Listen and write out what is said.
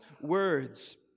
words